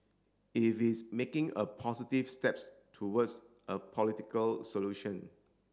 is it making a positive steps towards a political solution